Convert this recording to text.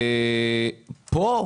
פה,